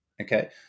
Okay